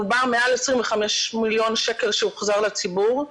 מדובר על כ-25 מיליון שקלים שהוחזרו לציבור.